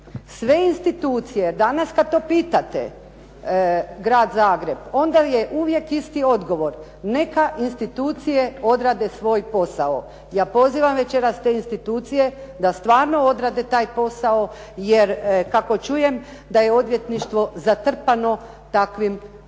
sve institucije danas kad to pitate grad Zagreb onda je uvijek isti odgovor, neka institucije odrade svoj posao. Ja pozivam večeras te institucije da stvarno odrade taj posao, jer kako čujem da je odvjetništvo zatrpano takvim